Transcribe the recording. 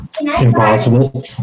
Impossible